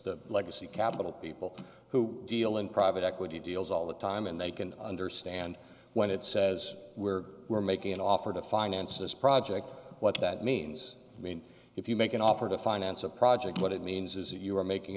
the legacy capital people who deal in private equity deals all the time and they can understand when it says we're we're making an offer to finance this project what that means i mean if you make an offer to finance a project what it means is that you are making